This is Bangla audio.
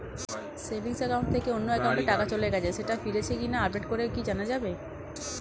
সেভিংস একাউন্ট থেকে অন্য একাউন্টে টাকা চলে গেছে সেটা ফিরেছে কিনা আপডেট করে কি জানা যাবে?